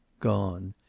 gone.